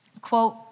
quote